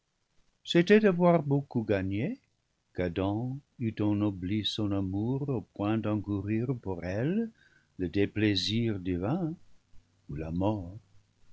c'était avoir beaucoup gagné qu'adam eût ennobli son amour au point d'encourir pour elle le déplaisir divin ou la mort